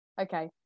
Okay